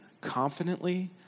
confidently